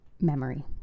memory